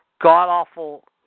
god-awful